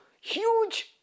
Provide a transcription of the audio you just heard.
huge